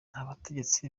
abategetsi